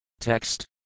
Text